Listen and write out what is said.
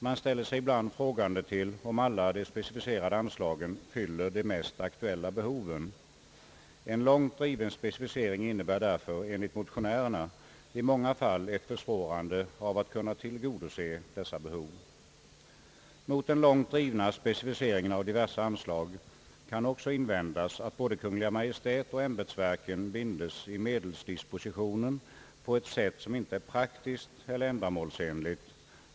Man ställer sig ibland frågande till om alla de speri ficerade anslagen fyller de mest aktuella behoven. En långt driven specificering innebär därför enligt motionärerna i många fall att tillgodoseendet av dessa behov försvåras. Mot den långt drivna specificeringen av diverse anslag kan också invändas att både Kungl. Maj:t och ämbetsverken bindes i medelsdispositionen på ett sätt som icke är praktiskt eller ändamålsenligt.